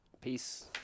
Peace